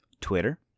Twitter